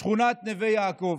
שכונת נווה יעקב.